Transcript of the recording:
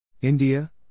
India